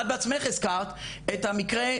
את בעצמך הזכרת את המקרה,